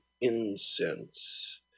incense